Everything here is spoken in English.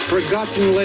Forgotten